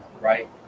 right